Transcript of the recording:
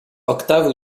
octave